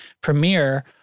premiere